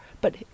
But